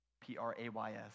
P-R-A-Y-S